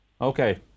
Okay